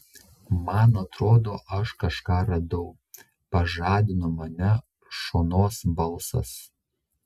man atrodo aš kažką radau pažadino mane šonos balsas